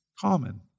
common